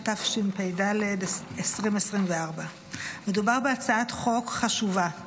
התשפ"ד 2024. מדובר בהצעת חוק חשובה,